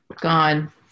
gone